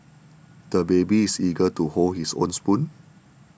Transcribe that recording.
the baby is eager to hold his own spoon